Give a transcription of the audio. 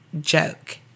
joke